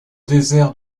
désert